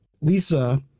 Lisa